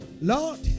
Lord